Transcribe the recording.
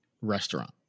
restaurant